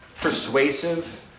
persuasive